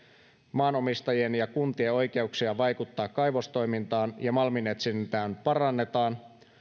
maanomistajien ja kuntien oikeuksia vaikuttaa kaivostoimintaan ja malminetsintään parannetaan